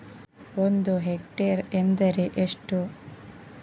ಒಂದು ಹೆಕ್ಟೇರ್ ಎಂದರೆ ಎಷ್ಟು?